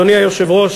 אדוני היושב-ראש,